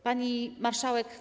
Pani Marszałek!